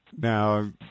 now